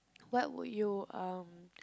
what would you um